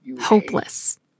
Hopeless